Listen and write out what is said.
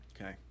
okay